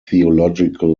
theological